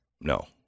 no